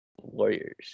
Warriors